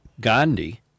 Gandhi